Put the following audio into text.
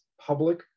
public